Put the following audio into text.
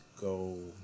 go